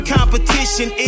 Competition